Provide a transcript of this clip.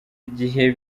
igihe